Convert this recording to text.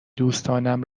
دوستانم